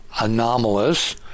anomalous